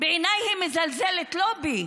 בעיניי היא מזלזלת, לא בי,